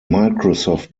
microsoft